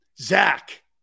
Zach